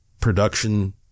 production